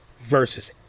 versus